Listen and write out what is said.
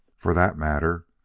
for that matter,